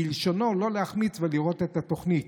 כלשונו: לא להחמיץ ולראות את התוכנית.